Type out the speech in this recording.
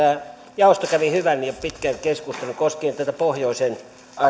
tuossa puheessakin jaosto kävi hyvän ja pitkän keskustelun koskien tätä pohjoisen